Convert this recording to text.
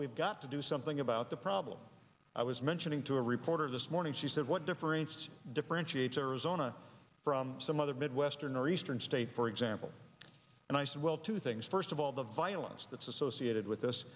we've got to do something about the problem i was mentioning to a reporter this morning she said what difference differentiates arizona from some other midwestern or eastern states for example and i said well two things first of all the violence that's associated with this